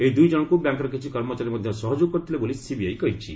ଏହି ଦୁଇ ଜଣଙ୍କୁ ବ୍ୟାଙ୍କ୍ର କିଛି କର୍ମଚାରୀ ମଧ୍ୟ ସହଯୋଗ କରିଥିଲେ ବୋଲି ସିବିଆଇ କହିଛି